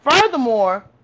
Furthermore